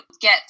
get